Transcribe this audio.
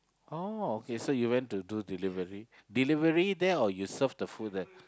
oh okay so you went to do delivery delivery there or you serve the food there